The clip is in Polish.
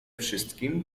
wszystkim